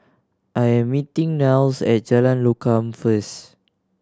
I am meeting Niles at Jalan Lokam first